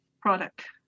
product